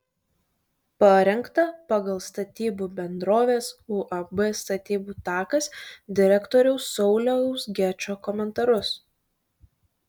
parengta pagal statybų bendrovės uab statybų takas direktoriaus sauliaus gečo komentarus